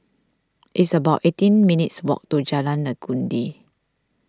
it's about eighteen minutes' walk to Jalan Legundi